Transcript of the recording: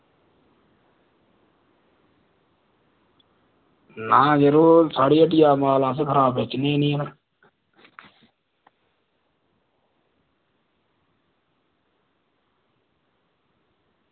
नेईं यरो साढ़ी हट्टियै दा माल अस खराब बेचने निं ऐ